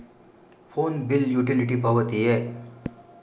Phone bill utility ಪಾವತಿಯೇ?